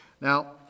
Now